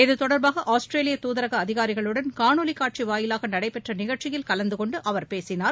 இது தொடர்பாக ஆஸ்திரேலியா துதரக அதிகாரிகளுடன் காணொலி காட்சி வாயிலாக நடைபெற்ற நிகழ்ச்சியில் கலந்தகொண்டு அவர் பேசினார்